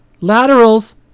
Laterals